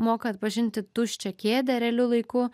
moka atpažinti tuščią kėdę realiu laiku